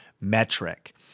metric